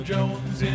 Jones